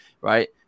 right